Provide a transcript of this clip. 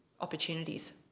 opportunities